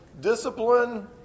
Discipline